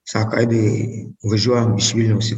sako aidai važiuojam iš vilniaus į